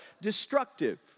destructive